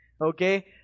Okay